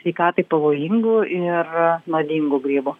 sveikatai pavojingų ir nuodingų grybų